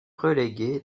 relégué